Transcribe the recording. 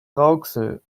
rauxel